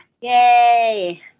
yay